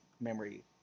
memory